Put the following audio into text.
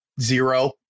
zero